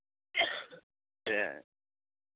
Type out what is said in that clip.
ᱦᱮᱸ